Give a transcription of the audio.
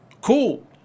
Cool